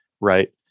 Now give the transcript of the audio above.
Right